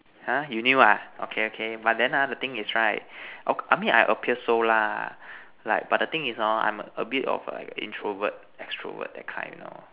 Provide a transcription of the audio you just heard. ha you knew ah okay okay but then ha the thing is right I mean I appear so lah but the thing is hor I'm a bit of an introvert extrovert that kind you know